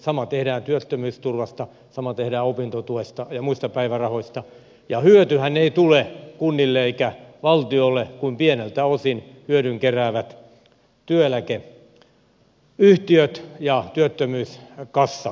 sama tehdään työttömyysturvasta sama tehdään opintotuesta ja muista päivärahoista ja hyötyhän ei tule kunnille eikä valtioille kuin pieneltä osin hyödyn keräävät työeläkeyhtiöt ja työttömyyskassat